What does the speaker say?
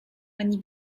ani